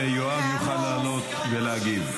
ויואב יוכל לעלות ולהגיב.